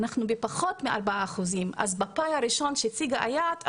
אנחנו בפחות מ- 4%. אז בפן הראשון שהציגה איאת,